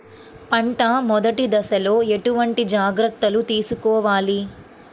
పంట మెదటి దశలో ఎటువంటి జాగ్రత్తలు తీసుకోవాలి?